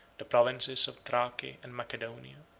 the provinces of thrace and macedonia.